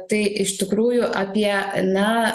tai iš tikrųjų apie na